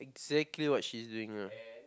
exactly what she's doing now